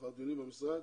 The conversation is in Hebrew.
לאחר דיונים עם המשרד